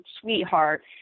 Sweetheart